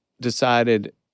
decided